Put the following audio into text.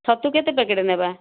ଛତୁ କେତେ ପ୍ୟାକେଟ୍ ନେବା